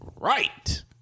right